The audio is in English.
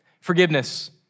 forgiveness